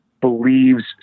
believes